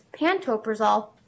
pantoprazole